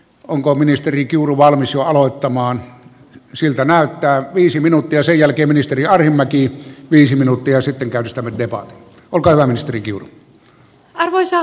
onko ministeri kiuru valmis aloittamaan siltä näyttää viisi minuuttia sen jälkeen ministeri arhinmäki viisi minuuttia sitten käynnistämä joka on kalamestari kiurun arvoisa puhemies